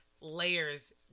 Layers